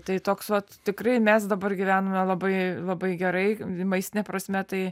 tai toks vat tikrai mes dabar gyvename labai labai gerai maistine prasme tai